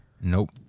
nope